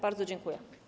Bardzo dziękuję.